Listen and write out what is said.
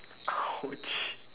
!ouch!